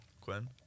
Quinn